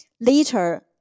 Later